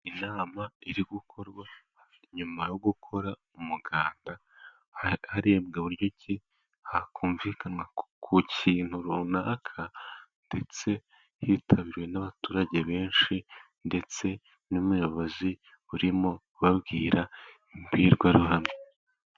Inama iri gukorwa nyuma yo gukora umuganda, harebwa buryo ki hakumvikanwa ku kintu runaka, ndetse yitabiriwe n'abaturage benshi, ndetse n'umuyobozi urimo kubabwira imbwirwaruhame.